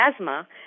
asthma